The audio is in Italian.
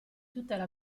tutela